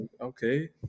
okay